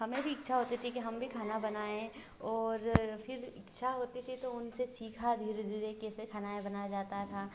हमें भी इच्छा होती थी कि हम भी खाना बनाएँ और फिर इच्छा होती थी तो उनसे सीखा धीरे धीरे कैसे खाना बनाया जाता था